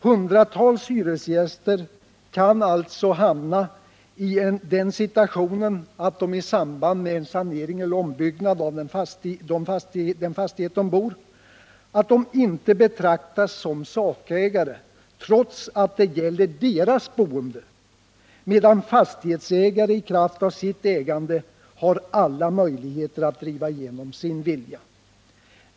Hundratals hyresgäster kan alltså hamna i den situationen att de i samband med en sanering eller en ombyggnad av den fastighet där de bor inte betraktas som sakägare, trots att det gäller deras boende, medan fastighetsägare i kraft av sitt ägande har alla möjligheter att driva igenom sin vilja.